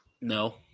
No